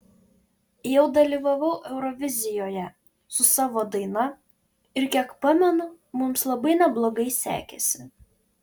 jau dalyvavau eurovizijoje su savo daina ir kiek pamenu mums labai neblogai sekėsi